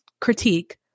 critique